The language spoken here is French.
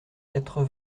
quatre